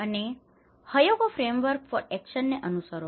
અને Hyogo framework for એક્શનને અનુસરો